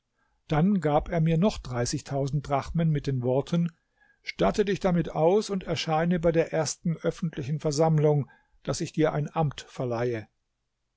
dann gab er mir noch drachmen mit den worten statte dich damit aus und erscheine bei der ersten öffentlichen versammlung daß ich dir ein amt verleihe